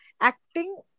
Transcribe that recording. acting